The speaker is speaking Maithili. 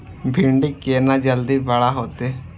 भिंडी केना जल्दी बड़ा होते?